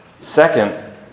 Second